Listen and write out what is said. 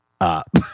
up